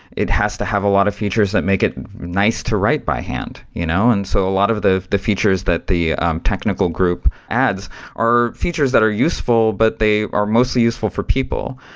it has to have a lot of features that make it nice to write by hand. you know and so a lot of the the features that the technical group ads are features that are useful, but they are mostly useful for people.